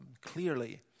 clearly